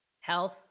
health